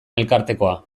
elkartekoa